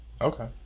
Okay